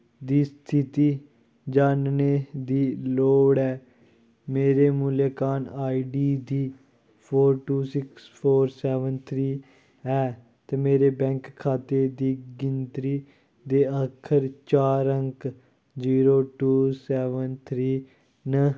दी स्थिति जानने दी लोड़ ऐ मेरी मूल्यांकन ID four two six four seven three ऐ ते मेरे बैंक खाते दी गिनतरी दे आखर चार अंक जीरो टू सैवन थ्री न